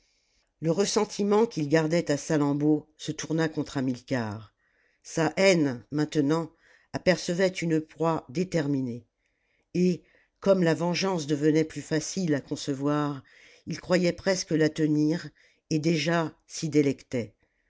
le ressentiment qu'il gardait à salammbô se tourna contre hamilcar sa haine maintenant apercevait une proie déterminée et comme la vengeance devenait plus facile à concevoir il croyait presque la tenir et déjà s'y délectait